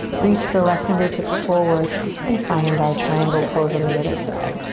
reach the left fingertips forward and find our triangle pose on the other side.